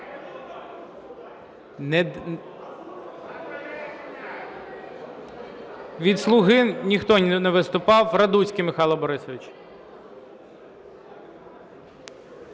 Від "Слуга" ніхто не виступав. Радуцький Михайло Борисович.